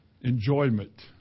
enjoyment